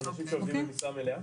של עובדים במשרה מלאה?